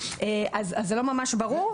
אז זה לא ממש ברור.